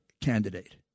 candidate